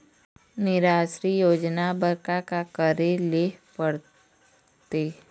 निराश्री योजना बर का का करे ले पड़ते?